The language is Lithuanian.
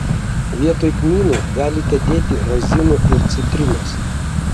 vietoj kmynų galite dėti razinų ir citrinos